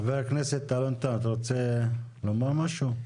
חבר הכנסת אלון טל, אתה רוצה לומר משהו?